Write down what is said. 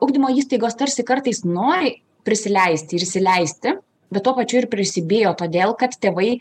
ugdymo įstaigos tarsi kartais nori prisileisti ir įsileisti bet tuo pačiu ir prisibijo todėl kad tėvai